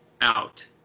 out